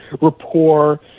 rapport